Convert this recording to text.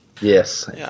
Yes